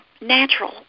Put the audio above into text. natural